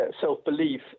self-belief